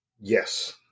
yes